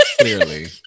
Clearly